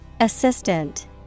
Assistant